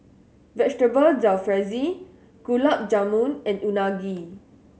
Vegetable Jalfrezi Gulab Jamun and Unagi